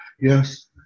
Yes